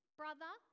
brother